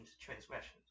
transgressions